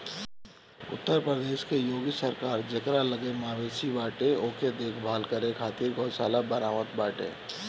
उत्तर प्रदेश के योगी सरकार जेकरा लगे मवेशी बावे ओके देख भाल करे खातिर गौशाला बनवावत बाटे